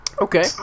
Okay